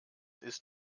ist